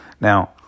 Now